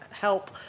help